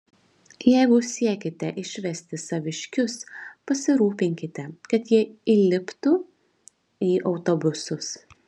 jeigu siekiate išvesti saviškius pasirūpinkite kad jie įliptų į autobusus